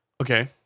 Okay